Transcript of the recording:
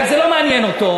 אבל זה לא מעניין אותו,